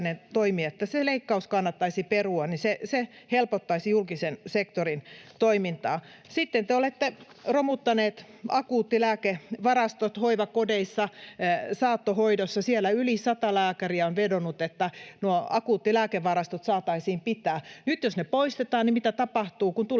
että se leikkaus kannattaisi perua. Se helpottaisi julkisen sektorin toimintaa. Sitten te olette romuttaneet akuuttilääkevarastot hoivakodeissa, saattohoidossa. Siellä yli sata lääkäriä on vedonnut, että nuo akuuttilääkevarastot saataisiin pitää. Nyt jos ne poistetaan, niin mitä tapahtuu?